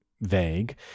vague